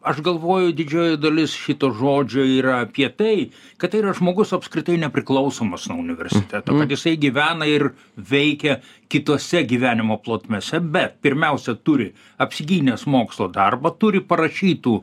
aš galvoju didžioji dalis šito žodžio yra apie tai kad tai yra žmogus apskritai nepriklausomas nuo universiteto mat jisai gyvena ir veikia kitose gyvenimo plotmėse bet pirmiausia turi apsigynęs mokslo darbą turi parašytų